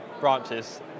branches